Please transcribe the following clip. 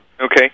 Okay